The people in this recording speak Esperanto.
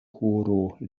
horo